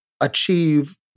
achieve